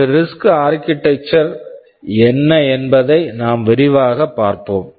ஒரு risk RISC architecture architecture என்ன என்பதை நாம் விரிவாகப் பார்ப்போம்